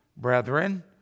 Brethren